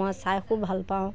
মই চাই খুব ভাল পাওঁ